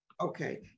Okay